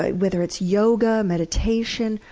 whether it's yoga, meditation,